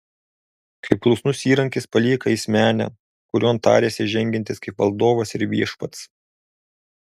kaip klusnus įrankis palieka jis menę kurion tarėsi žengiantis kaip valdovas ir viešpats